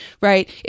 right